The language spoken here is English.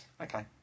Okay